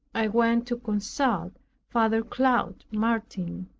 i went to consult father claude martin.